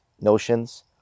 notions